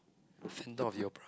phantom of the opera